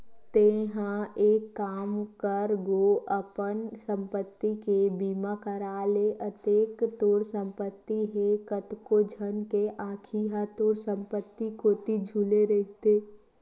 तेंहा एक काम कर गो अपन संपत्ति के बीमा करा ले अतेक तोर संपत्ति हे कतको झन के आंखी ह तोर संपत्ति कोती झुले रहिथे